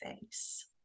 face